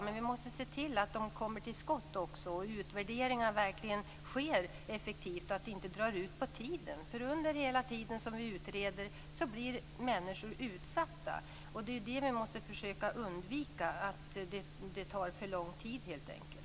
Men vi måste se till att de kommer till skott också, att utvärderingar verkligen sker effektivt och att det inte drar ut på tiden. För under hela tiden som vi utreder blir människor utsatta. Det är det som vi måste försöka undvika; att det tar för lång tid helt enkelt.